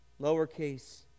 Lowercase